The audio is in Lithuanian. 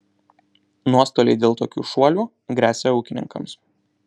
nuostoliai dėl tokių šuolių gresia ūkininkams